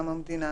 מנהל.